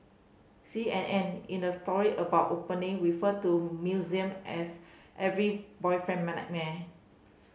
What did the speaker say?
C N N in a story about opening referred to museum as every boyfriend